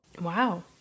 Wow